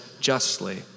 justly